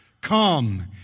come